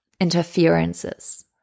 interferences